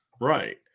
right